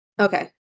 Okay